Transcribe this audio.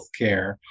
healthcare